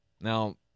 Now